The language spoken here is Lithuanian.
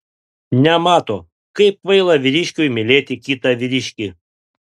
nemato kaip kvaila vyriškiui mylėti kitą vyriškį